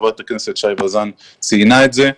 חברת הכנסת שי וזאן ציינה את זה.